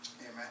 Amen